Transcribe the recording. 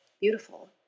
beautiful